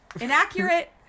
inaccurate